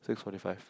six forty five